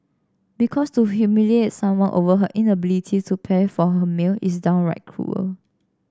because to humiliate someone over her inability to pay for her meal is downright cruel